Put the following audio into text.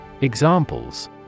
Examples